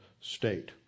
state